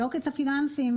בעוקץ הפיננסים,